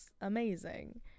amazing